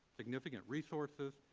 significant resources,